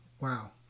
wow